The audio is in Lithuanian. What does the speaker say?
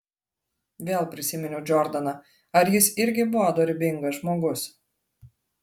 vėl prisiminiau džordaną ar jis irgi buvo dorybingas žmogus